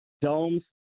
domes